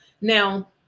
Now